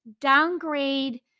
downgrade